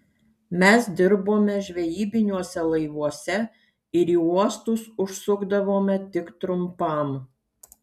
mes dirbome žvejybiniuose laivuose ir į uostus užsukdavome tik trumpam